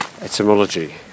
etymology